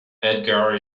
edgar